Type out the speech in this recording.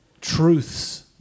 truths